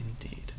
Indeed